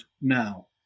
now